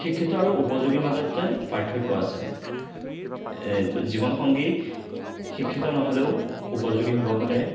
শিক্ষিত আৰু উপযোগীৰ মাজতে পাৰ্থক্য আছে তো এইটো জীৱনসংগী শিক্ষিত নহ'লেও উপযোগী হ'ব পাৰে